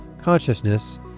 consciousness